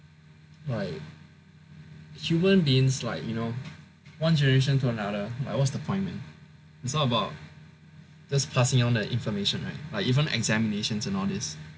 like human beings like you know one generation to another but what's the point man it's all about just passing on the information right like even examinations and all these